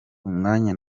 umwanya